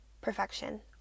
perfection